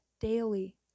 daily